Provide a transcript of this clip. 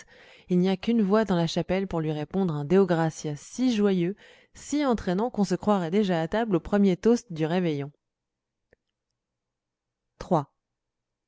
il n'y a qu'une voix dans la chapelle pour lui répondre un deo gratias si joyeux si entraînant qu'on se croirait déjà à table au premier toast du réveillon